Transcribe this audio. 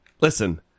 Listen